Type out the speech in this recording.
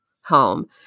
home